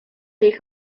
tej